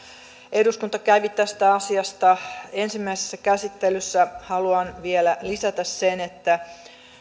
eduskunta kävi tästä asiasta ensimmäisessä käsittelyssä haluan vielä lisätä sen että